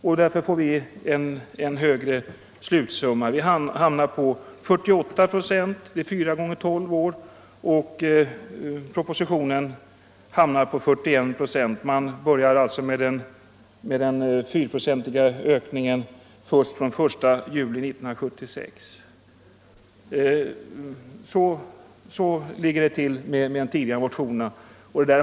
Vi hamnar på en högre slutlig andel av ålderspensionen, nämligen 48 procent, efter en årlig höjning med 4 procentenheter under tolv år av pensionstillskottens beräkningsandel, medan motsvarande andel enligt propositionens förslag skulle bli 41 procent. Enligt detta förslag ökas andelen med 4 procentenheter årligen först fr.o.m. den 1 juli 1976. Så ligger det till med våra tidigare motioner.